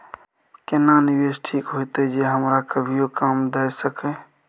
केना निवेश ठीक होते जे की हमरा कभियो काम दय सके?